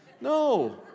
No